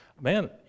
Man